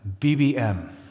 BBM